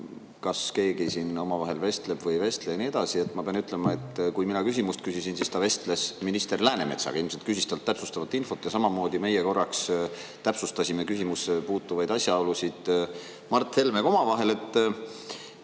kas keegi siin omavahel vestleb või ei vestle ja nii edasi. Ma pean ütlema, et kui mina küsimust küsisin, siis ta vestles minister Läänemetsaga, ilmselt küsis talt täpsustavat infot. Ja samamoodi meie korraks täpsustasime küsimusse puutuvaid asjaolusid Mart Helmega omavahel.